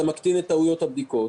להקטין את טעויות הבדיקות.